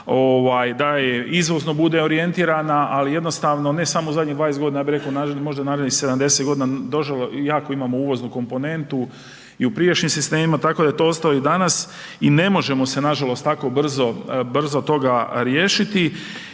da izvozno bude orijentirana, ali jednostavno ne samo u zadnjih 20 godina ja bih reko možda u narednih 70 godina, jako imamo uvoznu komponentu i u prijašnjim sistemima, tako da je to ostalo i danas i ne možemo se nažalost tako brzo toga riješiti.